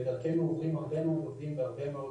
דרכנו עוברים הרבה מאוד עובדים והרבה מאוד